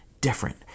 different